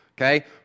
Okay